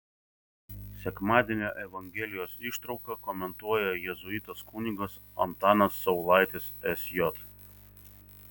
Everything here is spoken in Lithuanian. sekmadienio evangelijos ištrauką komentuoja jėzuitas kunigas antanas saulaitis sj